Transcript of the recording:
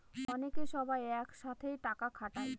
অনেকে সবাই এক সাথে টাকা খাটায়